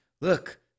look